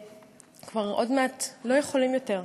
כבר עוד מעט לא יכולים יותר.